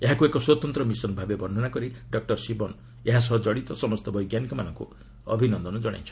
ଏହାକ୍ତ ଏକ ସ୍ପତନ୍ତ୍ର ମିଶନଭାବେ ବର୍ଷ୍ଣନା କରି ଡକୁର ଶିବନ ଏହା ସହ ଜଡିତ ସମସ୍ତ ବୈଜ୍ଞାନିକମାନଙ୍କୁ ଅଭିନନ୍ଦନ ଜଣାଇଛନ୍ତି